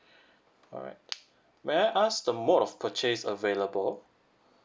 alright may I ask the mode of purchase available